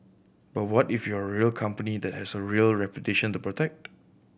but what if you are a real company that has a real reputation to protect